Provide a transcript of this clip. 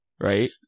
right